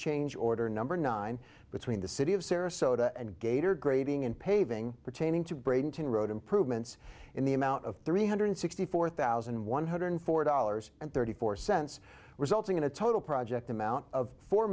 change order number nine between the city of sarasota and gator grading and paving pertaining to breynton road improvements in the amount of three hundred sixty four thousand one hundred four dollars and thirty four cents resulting in a total project amount of four